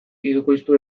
hirukoiztu